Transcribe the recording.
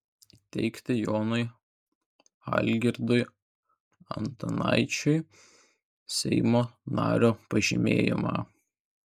įteikti jonui algirdui antanaičiui seimo nario pažymėjimą